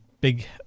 big